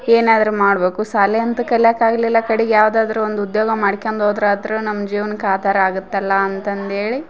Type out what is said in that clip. ಏನಾದರೂ ಮಾಡ್ಬಕು ಶಾಲಿ ಅಂತು ಕಲ್ಯಾಕ್ಕೆ ಆಗಲಿಲ್ಲಾ ಕಡಿಗೆ ಯಾವ್ದಾದರೂ ಒಂದು ಉದ್ಯೋಗ ಮಾಡ್ಕ್ಯಂದ್ ಹೋದ್ರ ಅದರು ನಮ್ಮ ಜೀವ್ನಕ್ಕೆ ಆಧಾರ ಆಗತ್ತಲ್ಲಾ ಅಂತಂದೇಳಿ